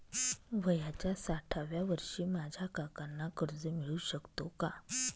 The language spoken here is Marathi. वयाच्या साठाव्या वर्षी माझ्या काकांना कर्ज मिळू शकतो का?